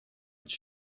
być